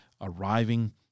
arriving